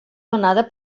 donada